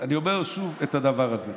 אני אומר שוב את הדבר הזה.